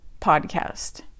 podcast